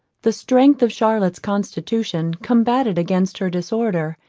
the strength of charlotte's constitution combatted against her disorder,